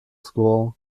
school